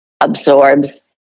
absorbs